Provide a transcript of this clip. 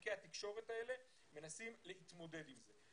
ענקי התקשורת האלה מנסים להתמודד עם זה.